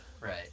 right